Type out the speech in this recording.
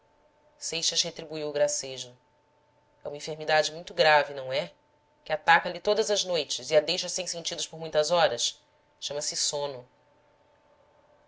seixas retribuiu o gracejo é uma enfermidade muito grave não é que ataca lhe todas as noites e a deixa sem sentidos por muitas horas chama-se sono